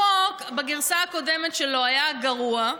החוק בגרסה הקודמת שלו היה גרוע,